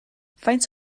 faint